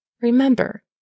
Remember